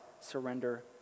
surrender